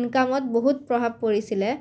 ইনকামত বহুত প্ৰভাৱ পৰিছিলে